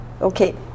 Okay